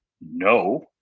no